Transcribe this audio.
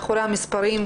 מאחורי המספרים,